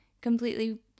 completely